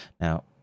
Now